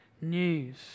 news